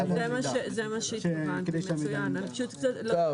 כי לנותני השירות אין אינטרס לשתף פעולה עם זה,